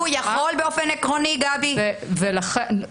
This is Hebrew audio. באופן עקרוני הוא יכול לתשאל אותו?